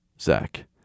Zach